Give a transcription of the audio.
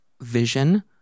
vision